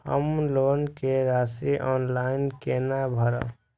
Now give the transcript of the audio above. हम लोन के राशि ऑनलाइन केना भरब?